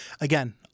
again